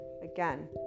again